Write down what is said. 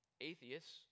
Atheists